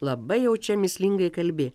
labai jau čia mįslingai kalbi